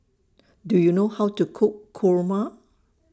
Do YOU know How to Cook Kurma